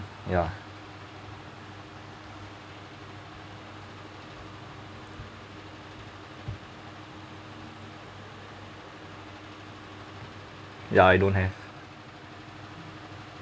ya ya I don't have